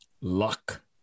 luck